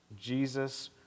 Jesus